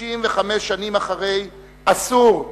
65 שנים אחרי, אסור,